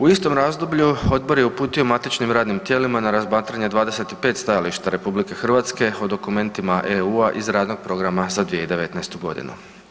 U istom razdoblju odbor je uputio matičnim radnim tijelima na razmatranje 25 stajališta RH o dokumentima EU-a iz radnog programa za 2019.-tu godinu.